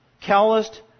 calloused